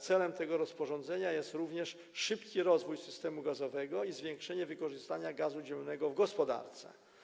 Celem tego rozporządzenia jest również szybki rozwój systemu gazowego i zwiększenie wykorzystania gazu ziemnego w gospodarce.